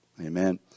Amen